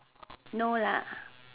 no lah